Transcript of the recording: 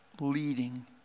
leading